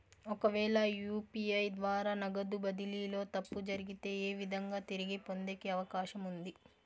ఒకవేల యు.పి.ఐ ద్వారా నగదు బదిలీలో తప్పు జరిగితే, ఏ విధంగా తిరిగి పొందేకి అవకాశం ఉంది?